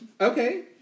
Okay